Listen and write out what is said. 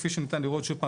כפי שניתן לראות שוב פעם,